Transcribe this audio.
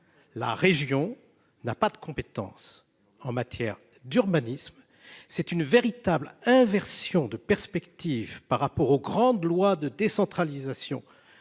La région n'a pas de compétence en matière d'urbanisme. C'est une véritable inversion de perspective par rapport aux grandes lois de décentralisation.